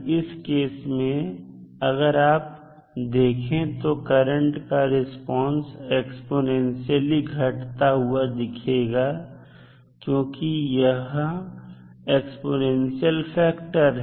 इस केस में अगर आप देखें तो करंट का रिस्पांस एक्स्पोनेंशियलई घटता हुआ दिखेगा क्योंकि यहां एक्स्पोनेंशियल फैक्टर है